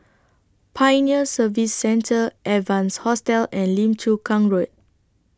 Pioneer Service Centre Evans Hostel and Lim Chu Kang Road